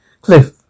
Cliff